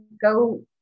go